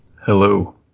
hello